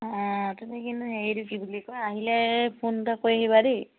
অঁ তেনে কিন্তু হেৰি কি বুলি কয় আহিলে ফোন এটা কৰি আহিবা দেই